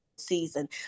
season